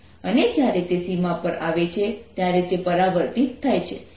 અને જ્યારે તે સીમા પર આવે છે ત્યારે તે પરાવર્તિત થાય છે અને તે પ્રસારિત થાય છે